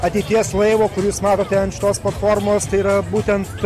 ateities laivo kurį jūs matote ant šitos platformos tai yra būtent